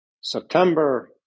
September